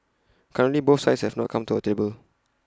currently both sides have not come to the table